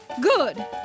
Good